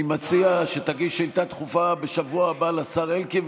אני מציע שתגיש שאילתה דחופה בשבוע הבא לשר אלקין,